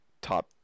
Top